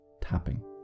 tapping